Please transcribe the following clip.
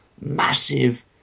massive